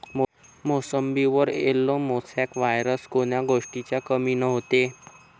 मोसंबीवर yellow mosaic virus कोन्या गोष्टीच्या कमीनं होते?